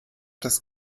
das